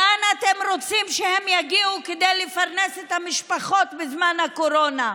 לאן אתם רוצים שהם יגיעו כדי לפרנס את המשפחות בזמן הקורונה?